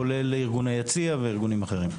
כולל ארגון היציע וארגונים אחרים.